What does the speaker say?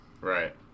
right